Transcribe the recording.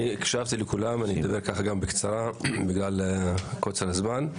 אני הקשבתי לכולם, אדבר בקצרה בגלל קוצר הזמן.